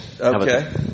Okay